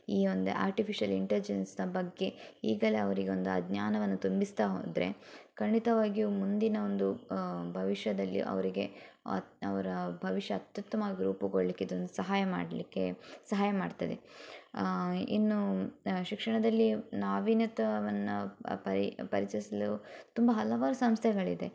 ಈ ಒಂದು ಆರ್ಟಿಫಿಷಿಯಲ್ ಇಂಟಲ್ಜೆನ್ಸ್ನ ಬಗ್ಗೆ ಈಗಲೇ ಅವರಿಗೊಂದು ಆ ಜ್ಞಾನವನ್ನು ತುಂಬಿಸ್ತಾ ಹೋದರೆ ಖಂಡಿತವಾಗಿಯೂ ಮುಂದಿನ ಒಂದು ಭವಿಷ್ಯದಲ್ಲಿ ಅವರಿಗೆ ಅವರ ಭವಿಷ್ಯ ಅತ್ಯುತ್ತಮವಾಗಿ ರೂಪುಗೊಳ್ಳಿಕ್ಕೆ ಇದೊಂದು ಸಹಾಯ ಮಾಡಲಿಕ್ಕೆ ಸಹಾಯ ಮಾಡ್ತದೆ ಇನ್ನೂ ಶಿಕ್ಷಣದಲ್ಲಿ ನಾವೀನ್ಯತವನ್ನು ಪರಿ ಪರಿಚಯ್ಸಲೂ ತುಂಬ ಹಲವಾರು ಸಂಸ್ಥೆಗಳಿದೆ